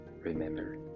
Remember